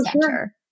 center